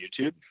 YouTube